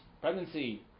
Pregnancy